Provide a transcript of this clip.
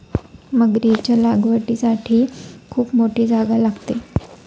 मगरीच्या लागवडीसाठी खूप मोठी जागा लागते